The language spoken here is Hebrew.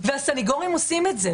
והסנגורים עושים את זה,